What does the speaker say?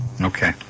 Okay